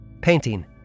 painting